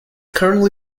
currently